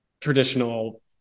traditional